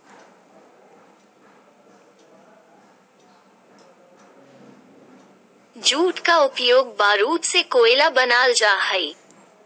jute का उपयोग बारूद से कोयला बनाल जा हइ